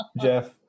Jeff